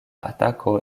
atako